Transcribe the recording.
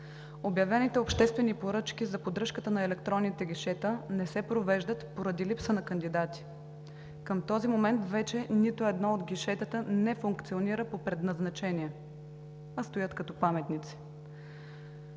Обявените обществени поръчки за поддръжката на електронните гишета не се провеждат поради липса на кандидати. Към този момент вече нито едно от гишетата не функционира по предназначение, а стоят като паметници.